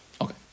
Okay